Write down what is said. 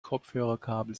kopfhörerkabel